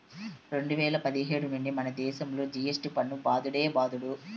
రెండు వేల పదిహేను నుండే మనదేశంలో జి.ఎస్.టి పన్ను బాదుడే బాదుడు